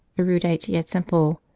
erudite yet simple,